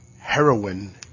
Heroin